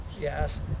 Yes